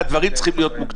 צריך,